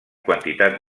quantitat